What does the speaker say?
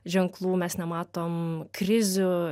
ženklų mes nematom krizių